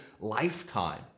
lifetime